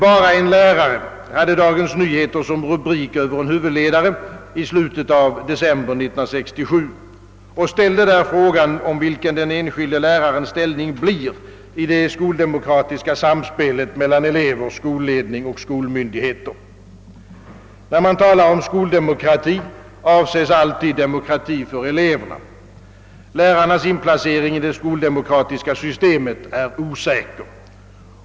»Bara en lärare» hade Dagens Nyheter som rubrik över en huvudledare i slutet av december 1967 och ställde där frågan om vilken den enskilde lärarens ställning blir i det skoldemokratiska samspelet mellan elever, skolledning och skolmyndigheter. När man talar om skoldemokrati, avses alltid demokrati för eleverna. Lärarens inplacering i det skoldemokratiska systemet är osäker.